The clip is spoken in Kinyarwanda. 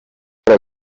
ujya